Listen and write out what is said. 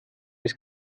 ist